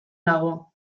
dago